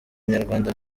nyarwanda